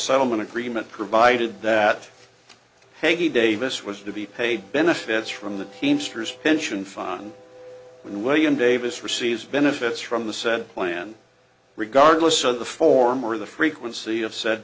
settlement agreement provided that hanky davis was to be paid benefits from the teamsters pension fund and william davis receives benefits from the said plan regardless of the form or the frequency of said